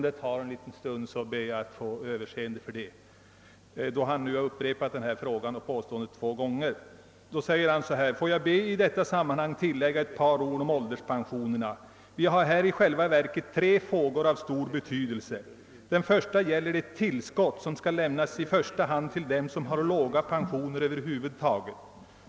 Herr Wedén yttrade bl.a.: »Får jag i detta sammanhang tillägga ett par ord om ålderspensionerna. Vi har här i själva verket tre frågor av stor betydelse. Den första gäller det tillskott som skall lämnas i första hand till dem som har låga pensioner över huvud taget.